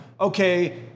okay